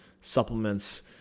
supplements